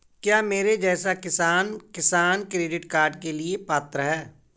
क्या मेरे जैसा किसान किसान क्रेडिट कार्ड के लिए पात्र है?